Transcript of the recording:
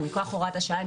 הוראת השעה,